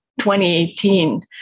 2018